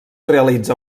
realitza